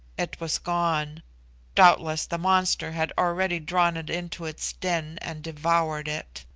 it was gone doubtless the monster had already drawn it into its den and devoured it.